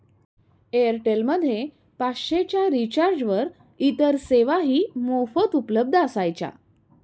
Airtel मध्ये पाचशे च्या रिचार्जवर इतर सेवाही मोफत उपलब्ध असायच्या